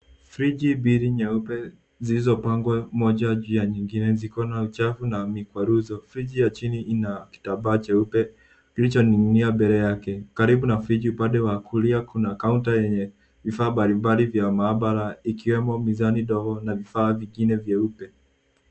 Friji mbili nyeupe zilizopangwa moja juu ya nyingine ziko na uchafu na mikwaruzo. Friji ya chini ina kitambaa cheupe kilichoning'inia mbele yake. Karibu na friji upande wa kulia, kuna counter yenye vifaa mbalimbali vya maabara ikiwemo mizani ndogo na vifaa vingine vyeupe.